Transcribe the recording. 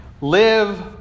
live